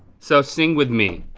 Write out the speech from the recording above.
so sing with me.